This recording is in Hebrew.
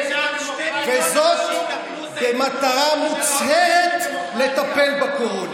וזאת במטרה מוצהרת לטפל בקורונה.